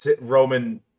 Roman